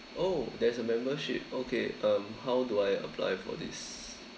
oh there's a membership okay um how do I apply for this